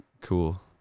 cool